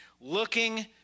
Looking